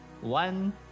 One